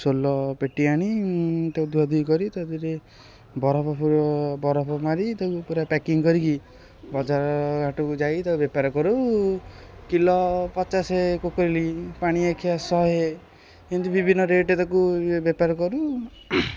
ସୋଲ ପେଟି ଆଣି ତାକୁ ଧୁଆଧୁଇ କରି ତା'ଦେହରେ ବରଫ ଫରଫ ବରଫ ମାରି ତାକୁ ପୁରା ପ୍ୟାକିଂ କରିକି ବଜାର ଘାଟକୁ ଯାଇ ତାକୁ ବେପାର କରୁ କିଲୋ ପଚାଶେ କୋକୋଲି ପାଣିଆଖିଆ ଶହେ ଏମିତି ବିଭିନ୍ନ ରେଟ୍ ତାକୁ ବେପାର କରୁ